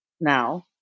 now